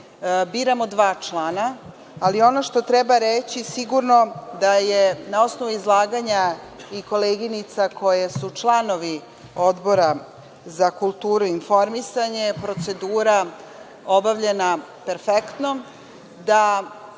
Biramo dva člana. Ali, ono što treba reći, sigurno da je na osnovu izlaganja i koleginica koje su članovi Odbora za kulturu i informisanje, procedura obavljena perfektno, da